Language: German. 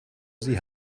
sie